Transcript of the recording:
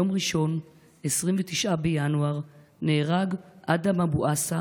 ביום ראשון 29 בינואר נהרג אדם אבו עסא,